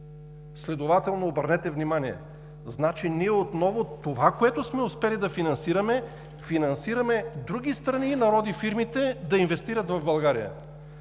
Следователно обърнете внимание, значи ние отново това, което сме успели да финансираме – финансираме в други страни и народи, фирмите да инвестират в България.